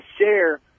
share